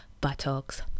buttocks